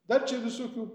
dar čia visokių